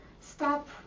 stop